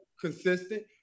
consistent